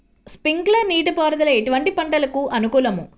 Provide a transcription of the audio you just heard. Sprinkler నీటిపారుదల ఎటువంటి పంటలకు అనుకూలము?